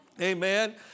Amen